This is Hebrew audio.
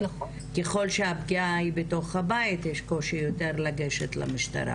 ככל שהפגיעה היא בתוך הבית יש קושי יותר לגשת למשטרה.